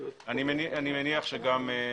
תודה.